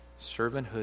Servanthood